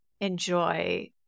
enjoy